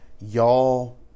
Y'all